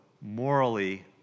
morally